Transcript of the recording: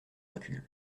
recul